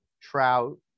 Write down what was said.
Trout